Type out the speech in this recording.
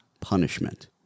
punishment